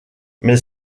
mais